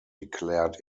declared